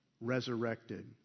resurrected